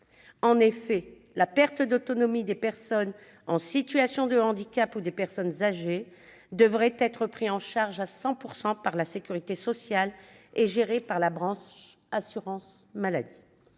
En effet, la perte d'autonomie des personnes en situation de handicap ou des personnes âgées devrait être prise en charge à 100 % par la sécurité sociale et gérée par la branche assurance maladie.